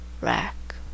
rack